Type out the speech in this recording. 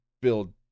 build